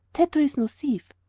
tato is no thief!